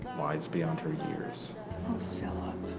wise beyond her years. oh philip.